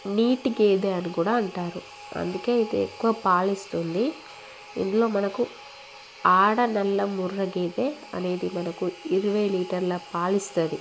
నీటి గేదె అని కూడా అంటారు అందుకే ఇది ఎక్కువ పాలు ఇస్తుంది ఇందులో మనకు ఆడ నల్ల ముర్రె గేదె అనేది మనకు ఇరవై లీటర్ల పాలు ఇస్తుంది